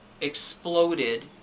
exploded